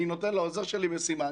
אני נותן לעוזר שלי משימה,